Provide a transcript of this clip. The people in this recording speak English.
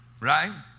Right